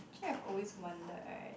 actually I've always wondered right